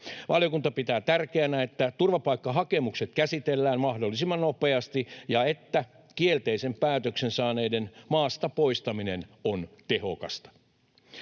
Valiokunta pitää tärkeänä, että turvapaikkahakemukset käsitellään mahdollisimman nopeasti ja että kielteisen päätöksen saaneiden maasta poistaminen on tehokasta.